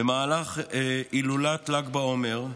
במהלך הילולת ל"ג בעומר,